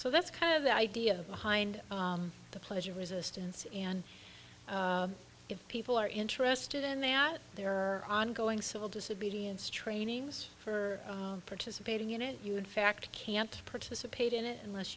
so that's kind of the idea behind the pledge of resistance and if people are interested in that there are ongoing civil disobedience trainings for participating in it you in fact can't participate in it unless